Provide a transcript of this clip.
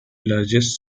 largest